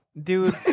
Dude